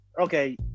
okay